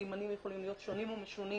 סימנים יכולים להיות שונים ומשונים.